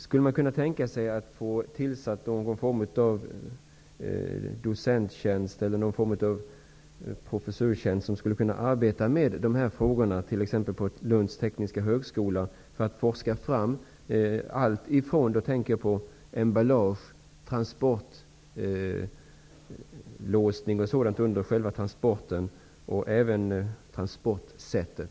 Skulle man kunna tänka sig att inrätta någon form av docenttjänst eller professorstjänst, där man t.ex. vid Lunds tekniska högskola skulle kunna forska kring emballage, transportlåsning under själva transporten och även transportsätt?